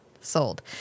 sold